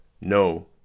no